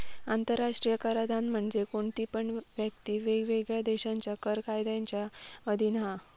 आंतराष्ट्रीय कराधान म्हणजे कोणती पण व्यक्ती वेगवेगळ्या देशांच्या कर कायद्यांच्या अधीन हा